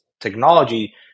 technology